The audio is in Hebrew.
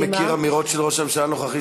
אני מכיר אמירות של ראש הממשלה הנוכחי